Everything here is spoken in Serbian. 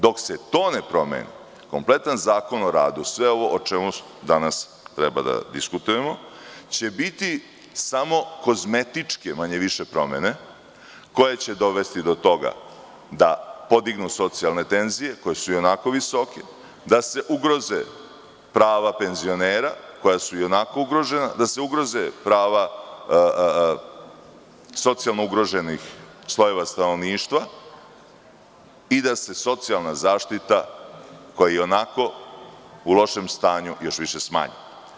Dok se to ne promeni, kompletan Zakon o radu, sve ovo o čemu danas treba da diskutujemo, će biti samo manje-više kozmetičke promene, koje će dovesti do toga da podignu socijalne tenzije, koje su ionako visoke, da se ugroze prava penzionera, koja su ionako ugrožena, da se ugroze prava socijalno ugroženih slojeva stanovništva i da se socijalna zaštita, koja je ionako u lošem stanju, još više smanji.